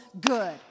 good